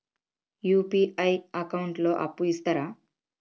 UPI account లో అప్పు ఇస్తరా?